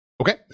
Okay